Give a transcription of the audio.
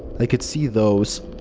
i could see those.